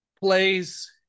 plays